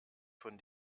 von